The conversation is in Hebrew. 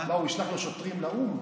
מה, הוא ישלח לו שוטרים לאו"ם?